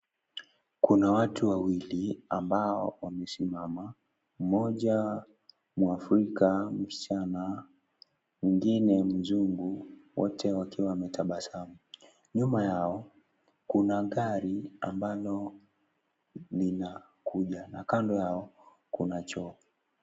Kuna watu wawili ambao wamesimama. Mmoja muafrika msichana mwingine mzungu wote wakiwa wametabasamu. Nyuma yao kuna gari ambalo linakuja. Na kando yao kuna choo.